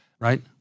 right